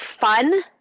fun